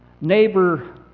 Neighbor